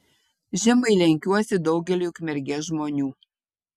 žemai lenkiuosi daugeliui ukmergės žmonių